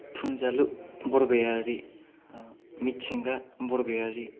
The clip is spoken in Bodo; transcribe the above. फुंजालु बरगयारी मिथिंगा बरगयारी